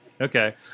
Okay